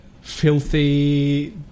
filthy